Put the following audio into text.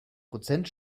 prozent